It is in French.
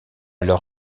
leur